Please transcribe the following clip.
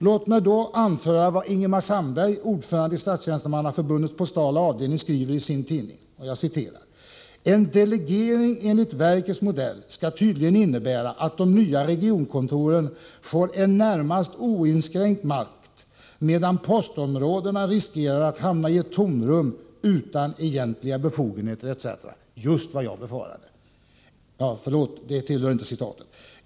Låt mig då anföra vad Ingemar Sandberg, ordförande i Statstjänstemannaförbundets postala avdelning, skriver i sin tidning: ”En delegering enligt verkets modell ska tydligen innebära att de nya regionkontoren får en närmast oinskränkt makt, medan postområdena riskerar att hamna i ett tomrum utan egentliga befogenheter etc.” Det är just vad jag befarade!